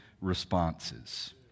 responses